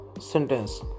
sentence